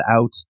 out